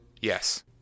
Yes